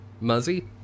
muzzy